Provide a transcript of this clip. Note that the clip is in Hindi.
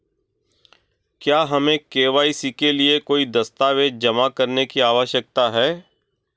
क्या हमें के.वाई.सी के लिए कोई दस्तावेज़ जमा करने की आवश्यकता है?